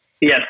yes